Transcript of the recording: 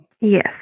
Yes